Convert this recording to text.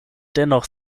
dennoch